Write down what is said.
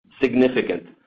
significant